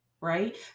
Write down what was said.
right